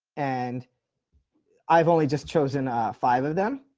and i've only just chosen five of them.